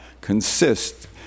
consist